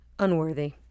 unworthy